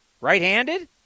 Right-handed